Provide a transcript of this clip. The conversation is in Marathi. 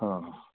हो